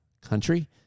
country